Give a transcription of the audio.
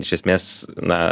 iš esmės na